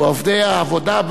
ואוהבי העבודה,